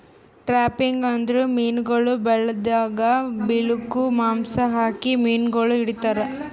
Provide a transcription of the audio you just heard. trapping ಅಂದುರ್ ಮೀನುಗೊಳ್ ಬಲೆದಾಗ್ ಬಿಳುಕ್ ಮಾಂಸ ಹಾಕಿ ಮೀನುಗೊಳ್ ಹಿಡಿತಾರ್